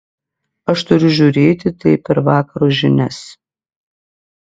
aš turiu žiūrėti tai per vakaro žinias